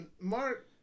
Mark